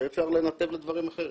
שאפשר לנתב לדברים אחרים.